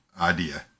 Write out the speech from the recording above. idea